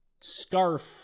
scarf